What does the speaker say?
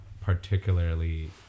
particularly